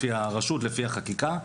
לפי הרשות ולפי החקיקה.